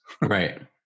Right